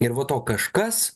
ir va to kažkas